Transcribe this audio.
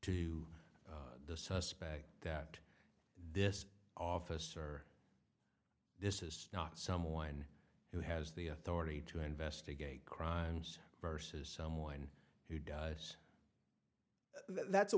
o the suspect that this officer this is not someone who has the authority to investigate crimes versus someone who does that's a